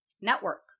network